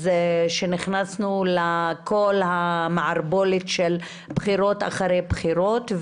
שנכנסנו לכל המערבולת של בחירות אחרי בחירות.